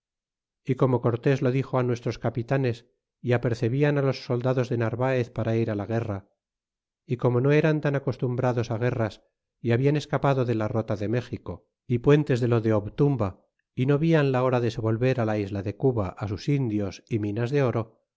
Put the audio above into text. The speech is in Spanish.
y como cortés lo dixo á nuestros capitanes y apercebian á los soldados de narvaez para ir á la guerra y como no eran tan acostumbrados á guerras y habian escapado de la rota de méxico y puentes de lo de obtumba y no vian la hora de se volver la isla de cuba á sus indios e minas de oro